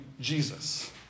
Jesus